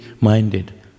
minded